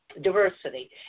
diversity